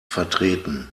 vertreten